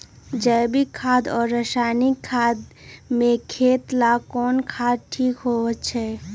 जैविक खाद और रासायनिक खाद में खेत ला कौन खाद ठीक होवैछे?